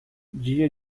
dia